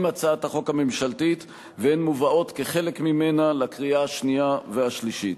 הצעת החוק הממשלתית והן מובאות כחלק ממנה לקריאה השנייה והשלישית.